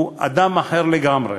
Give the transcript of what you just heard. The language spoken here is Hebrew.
הוא אדם אחר לגמרי.